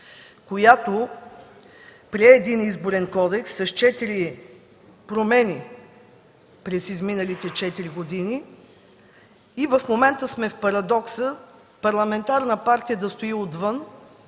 която прие един Изборен кодекс с четири промени през изминалите четири години, и в момента сме в парадокса парламентарна партия да стои отвън